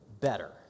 better